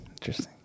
Interesting